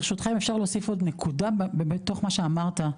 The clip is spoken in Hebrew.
ברשותך, אפשר להוסיף עוד נקודה, בתוך מה שאמרת.